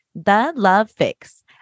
thelovefix